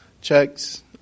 checks